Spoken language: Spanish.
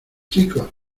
chicos